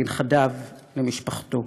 לנכדיו, למשפחתו.